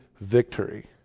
victory